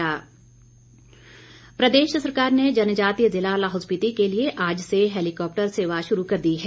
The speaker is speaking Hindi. हैलीकॉप्टर सेवा प्रदेश सरकार ने जनजातीय ज़िला लाहौल स्पिति के लिए आज से हैलीकॉप्टर सेवा शुरू कर दी है